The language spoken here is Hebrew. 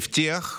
הבטיח,